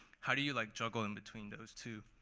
how do you like juggle and between those two?